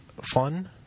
fun